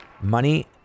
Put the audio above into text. money